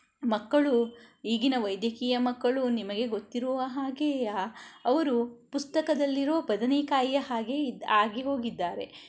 ಮಕ್ಕಳು ಈಗಿನ ವೈದ್ಯಕೀಯ ಮಕ್ಕಳು ನಿಮಗೆ ಗೊತ್ತಿರುವ ಹಾಗೇ ಅವರು ಪುಸ್ತಕದಲ್ಲಿರುವ ಬದನೆಕಾಯಿಯ ಹಾಗೆ ಆಗಿ ಹೋಗಿದ್ದಾರೆ